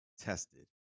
tested